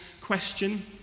question